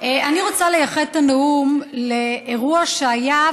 אני רוצה לייחד את הנאום לאירוע שהיה,